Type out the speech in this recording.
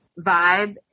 vibe